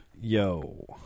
Yo